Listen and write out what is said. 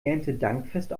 erntedankfest